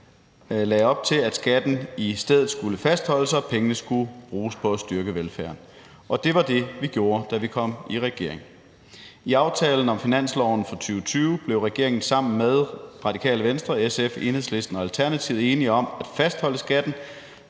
op til, at skatten i stedet skulle fastholdes og pengene skulle bruges på at styrke velfærden. Det var jo det, vi gjorde, da vi kom i regering. I aftalen om finansloven for 2020 blev regeringen sammen med Radikale Venstre, SF, Enhedslisten og Alternativet enige om at fastholde skatten